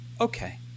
Okay